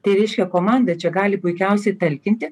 tai reiškia komanda čia gali puikiausiai talkinti